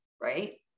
right